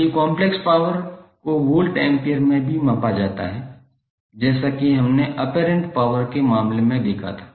इसलिए complex power को volt ampere में भी मापा जाता है जैसा कि हमने ऑपेरेंट पावर के मामले में देखा था